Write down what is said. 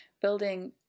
Building